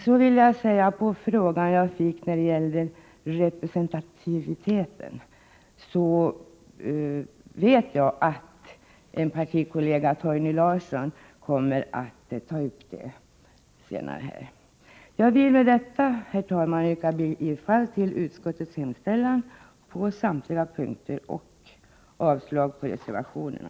Kyrkomötets representativitet kommer senare att tas upp i debatten av min partikollega Torgny Larsson. Herr talman! Med det anförda vill jag yrka bifall till utskottets hemställan på samtliga punkter och avslag på reservationerna.